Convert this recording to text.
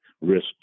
risk